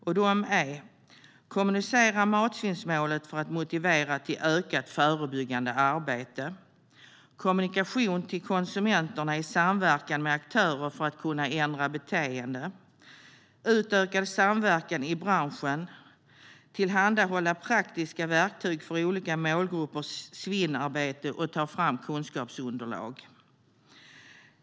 Dessa är: kommunicera matsvinnsmålet för att motivera till ökat förebyggande arbete, kommunikation till konsumenter i samverkan med aktörer för att kunna ändra beteenden, utökad samverkan i branschen, tillhandahålla praktiska verktyg för olika målgruppers svinnarbete, ta fram kunskapsunderlag.